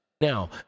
Now